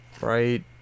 Right